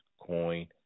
coin